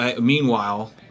Meanwhile